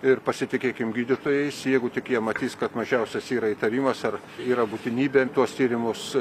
ir pasitikėkim gydytojais jeigu tik jie matys kad mažiausias yra įtarimas ar yra būtinybė tuos tyrimus